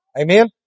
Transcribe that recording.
Amen